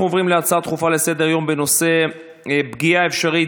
אנחנו עוברים להצעות דחופה לסדר-היום בנושא: פגיעה אפשרית